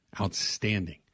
Outstanding